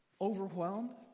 overwhelmed